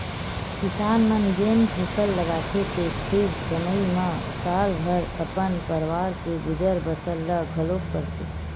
किसान मन जेन फसल लगाथे तेखरे कमई म साल भर अपन परवार के गुजर बसर ल घलोक करथे